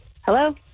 Hello